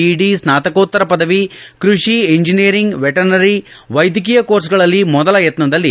ಇಡಿ ಸ್ನಾತಕೋತ್ತರ ಪದವಿ ಕೃಷಿ ಇಂಜಿನಿಯರಿಂಗ್ ವೆಟರ್ನರಿ ವೈದ್ಯಕೀಯ ಕೋರ್ಸ್ಗಳಲ್ಲಿ ಮೊದಲ ಯತ್ನದಲ್ಲಿ